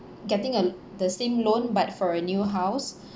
getting uh the same loan but for a new house